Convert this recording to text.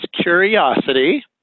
curiosity